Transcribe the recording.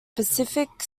pacific